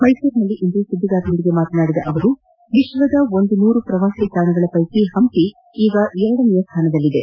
ಮೈಸೂರಿನಲ್ಲಿಂದು ಸುದ್ದಿಗಾರರೊಂದಿಗೆ ಮಾತನಾಡಿದ ಅವರು ವಿಶ್ವದ ಒಂದು ನೂರು ಪ್ರವಾಸಿ ತಾಣಗಳ ಪೈಕಿ ಹಂಪಿ ಈಗ ಎರಡನೇ ಸ್ವಾನದಲ್ಲಿದೆ